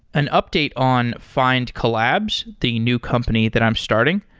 an update on findcollabs, the new company that i'm starting,